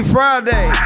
Friday